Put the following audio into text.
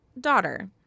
Daughter